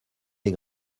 les